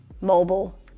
mobile